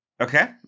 Okay